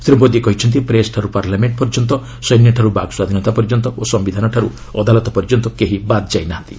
ଶ୍ରୀ ମୋଦି କହିଛନ୍ତି ପ୍ରେସ୍ଠାରୁ ପାର୍ଲମେଣ୍ଟ ପର୍ଯ୍ୟନ୍ତ ସୈନ୍ୟଠାରୁ ବାକ୍ ସ୍ୱାଧୀନତା ପର୍ଯ୍ୟନ୍ତ ଓ ସମ୍ଭିଧାନଠାରୁ ଅଦାଲତ ପର୍ଯ୍ୟନ୍ତ କେହି ବାଦ୍ ଯାଇ ନାହାନ୍ତି